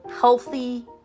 healthy